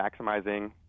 maximizing